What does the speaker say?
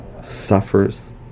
suffers